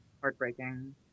Heartbreaking